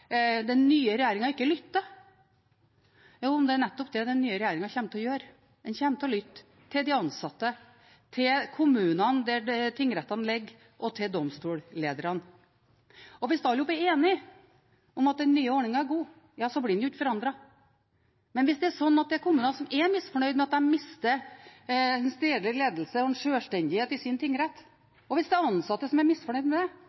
den nye regjeringen ikke lytter. Jo, det er nettopp det den nye regjeringen kommer til å gjøre, den kommer til å lytte – til de ansatte, til kommunene der tingrettene ligger, og til domstolslederne. Hvis alle er enige om at den er nye ordningen er god, da blir den ikke forandret. Men hvis det er sånn at det er kommuner som er misfornøyd med at de mister en stedlig ledelse og sjølstendighet i sin tingrett, og hvis det er ansatte som er misfornøyd med det,